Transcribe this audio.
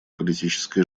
политической